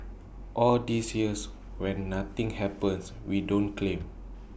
all these years when nothing happens we don't claim